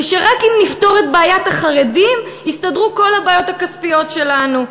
ושרק אם נפתור את בעיית החרדים יסתדרו כל הבעיות הכספיות שלנו.